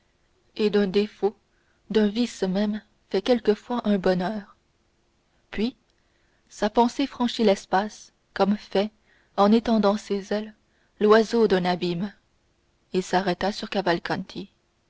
et d'un défaut d'un vice même fait quelquefois un bonheur puis sa pensée franchit l'espace comme fait en étendant ses ailes l'oiseau d'un abîme et s'arrêta sur